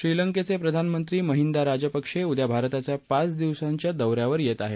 श्रीलंकेचे प्रधानमंत्री महिंदा राजपक्षे उद्या भारताच्या पाच दिवसांच्या दौ यावर येत आहेत